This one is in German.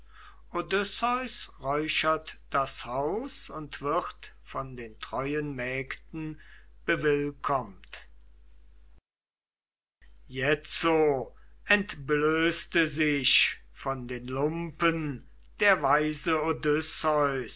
das haus und wird von den treuen mägden bewillkommt jetzo entblößte sich von den lumpen der weise